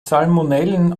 salmonellen